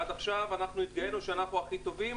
עד עכשיו התגאינו שאנחנו הכי טובים,